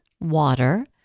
water